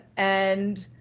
and.